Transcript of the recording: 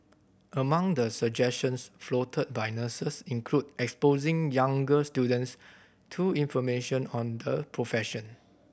among the suggestions floated by nurses included exposing younger students to information on the profession